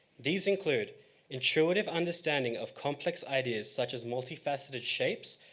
these include intuitive understanding of complex ideas such as multifaceted shapes,